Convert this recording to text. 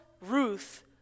Ruth